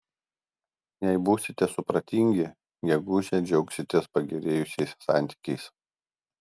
jei būsite supratingi gegužę džiaugsitės pagerėjusiais santykiais